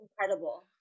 Incredible